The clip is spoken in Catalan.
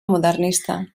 modernista